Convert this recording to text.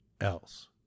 else